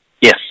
yes